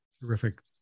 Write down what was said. Terrific